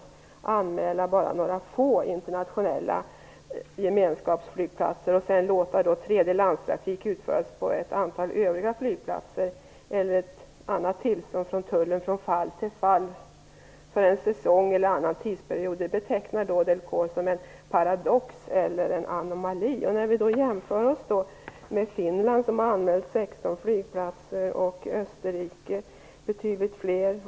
Den innebär att man anmäler bara några få internationella gemenskapsflygplatser och sedan låter tredje-lands-trafik utföras på ett antal övriga flygplatser enligt annat tillstånd från tullen från fall till fall för en säsong eller annan tidsperiod. Vi kan jämföra oss med Finland, som har anmält 16 flygplatser, och Österrike, som har anmält betydligt fler.